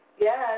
Yes